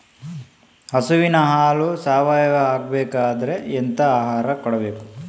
ಹಸುವಿನ ಹಾಲು ಸಾವಯಾವ ಆಗ್ಬೇಕಾದ್ರೆ ಎಂತ ಆಹಾರ ಕೊಡಬೇಕು?